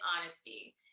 honesty